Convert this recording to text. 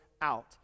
out